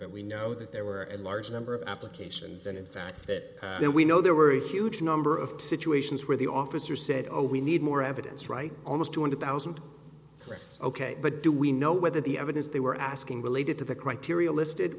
but we know that there were a large number of applications and in fact that we know there were a huge number of situations where the officer said oh we need more evidence right almost two hundred thousand or so ok but do we know whether the evidence they were asking related to the criteria listed